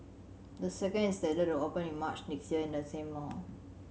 the second is slated to open in March next year in the same mall